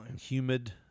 humid